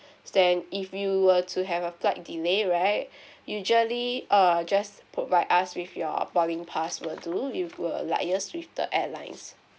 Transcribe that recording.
then if you were to have a flight delay right usually err just provide us with your boarding pass will do we will liaise with the airlines